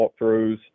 walkthroughs